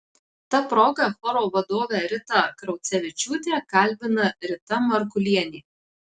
ta proga choro vadovę ritą kraucevičiūtę kalbina rita markulienė